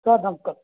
sir నమస్కారం